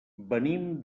venim